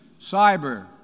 cyber